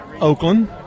Oakland